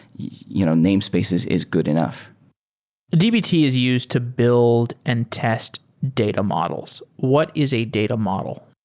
you know namespaces is good enough dbt is used to build and test data models. what is a data model?